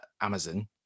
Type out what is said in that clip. Amazon